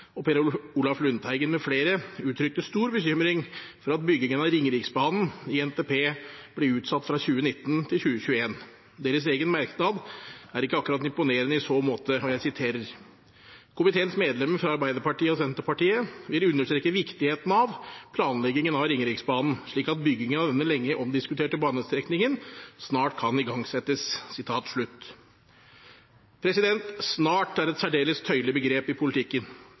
og Per Olaf Lundteigen m.fl. uttrykte stor bekymring for at byggingen av Ringeriksbanen i NTP ble utsatt fra 2019 til 2021. Deres egen merknad er ikke akkurat imponerende i så måte: «Komiteens medlemmer fra Arbeiderpartiet og Senterpartiet vil understreke viktigheten av planleggingen av Ringeriksbanen, slik at byggingen av denne lenge omdiskuterte banestrekningen snart kan igangsettes.» «Snart» er et særdeles tøyelig begrep i politikken,